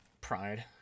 pride